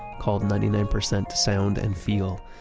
called ninety nine percent sound and feel.